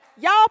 Y'all